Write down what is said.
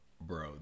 bro